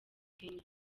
kenya